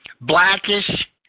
Blackish